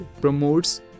promotes